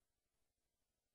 משטרת התנועה.